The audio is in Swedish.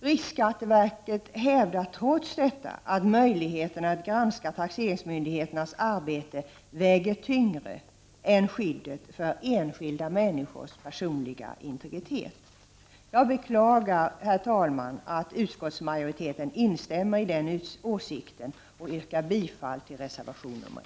Riksskatteverket hävdar trots detta att möjligheten att granska taxeringsmyndigheternas arbete väger tyngre än skyddet för den enskilda människans personliga integritet. Jag beklagar, herr talman, att utskottsmajoriteten instämmer i den åsikten, och jag yrkar bifall till reservation 1.